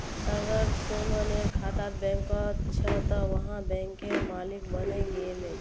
अगर सुमनेर खाता बैंकत छ त वोहों बैंकेर मालिक बने गेले